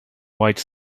white